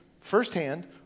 firsthand